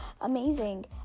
amazing